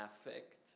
affect